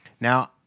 Now